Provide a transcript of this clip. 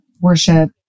worship